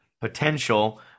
potential